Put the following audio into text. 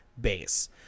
base